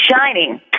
Shining